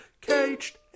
caged